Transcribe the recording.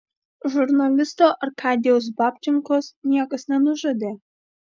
žurnalisto arkadijaus babčenkos niekas nenužudė